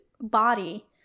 body